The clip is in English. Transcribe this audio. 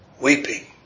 weeping